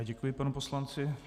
Děkuji panu poslanci.